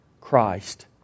Christ